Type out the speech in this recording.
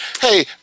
Hey